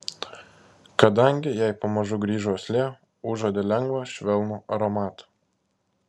kadangi jai pamažu grįžo uoslė užuodė lengvą švelnų aromatą